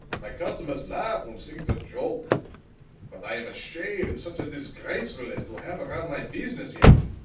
my customers laugh und think it's a joke but i am ashamed such a disgracefulness to have around my business yet.